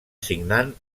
signant